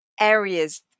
areas